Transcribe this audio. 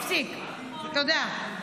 הוא הפסיק, תודה.